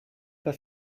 pas